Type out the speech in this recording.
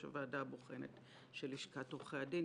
הוועדה הבוחנת של לשכת עורכי הדין.